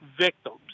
victims